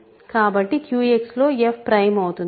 కాబట్టి QX లో f prime అవుతుంది